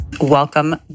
Welcome